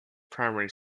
primary